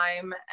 time